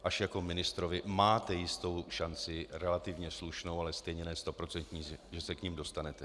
Až jako ministr máte jistou šanci, relativně slušnou, ale stejně ne stoprocentní, že se k nim dostanete.